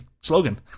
slogan